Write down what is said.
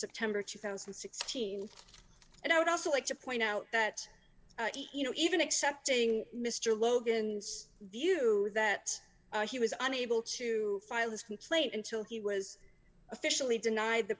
september two thousand and sixteen and i would also like to point out that you know even accepting mr logan the issue that he was unable to file his complaint until he was officially denied the